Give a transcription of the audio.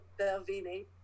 Belvini